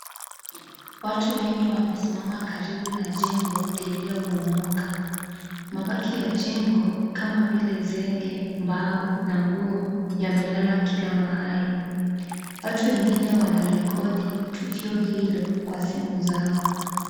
Watu wengi wamesimama karibu na jengo lililobomoka. Mabaki ya jengo kama vile zenge, mbao na nguo yamelala kila mahali. Watu wengine wanarekodi tukio hilo kwa simu zao.